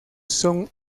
son